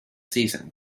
season